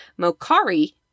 Mokari